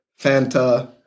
Fanta